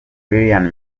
lilian